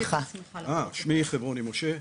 שמי חברוני משה,